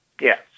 Yes